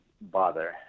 bother